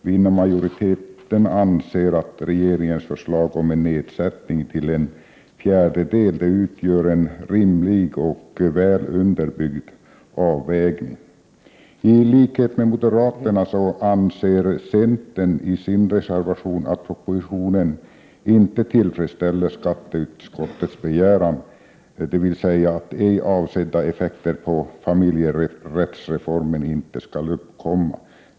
Utskottsmajoriteten anser att regeringens förslag om nedsättning med en fjärdedel utgör en rimlig och väl underbyggd avvägning. Tlikhet med moderaterna anser centern i sin reservation att propositionen inte tillfredsställer skatteutskottets begäran, dvs. att ej avsedda effekter på familjerättsreformen inte skall uppkomma.